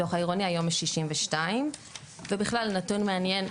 מתוך העירוני היום יש 62 ובכלל נתון מעניין,